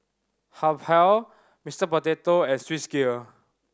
Habhal Mister Potato and Swissgear